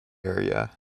area